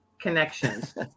connections